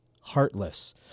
heartless